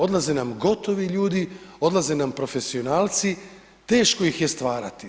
Odlaze nam gotovi ljudi, odlaze nam profesionalci, teško ih je stvarati.